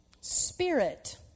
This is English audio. Spirit